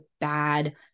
bad